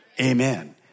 Amen